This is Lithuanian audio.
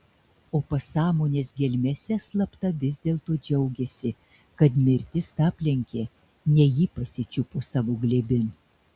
o pasąmonės gelmėse slapta vis dėlto džiaugėsi kad mirtis aplenkė ne jį pasičiupo savo glėbin